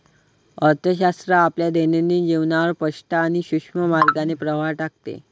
अर्थशास्त्र आपल्या दैनंदिन जीवनावर स्पष्ट आणि सूक्ष्म मार्गाने प्रभाव टाकते